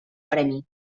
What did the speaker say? premi